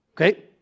okay